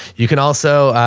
you can also,